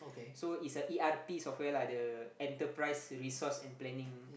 so it's a e_r_p software lah the enterprise resource and planning